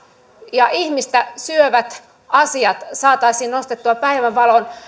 ja ihmistä syövät asiat saataisiin nostettua päivänvaloon